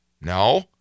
No